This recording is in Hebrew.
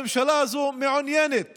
הממשלה הזו מעוניינת